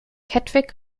kettwig